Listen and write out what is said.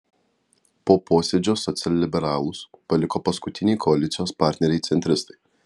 po posėdžio socialliberalus paliko paskutiniai koalicijos partneriai centristai